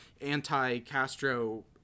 anti-Castro